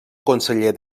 conseller